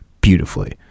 beautifully